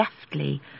deftly